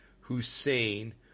Hussein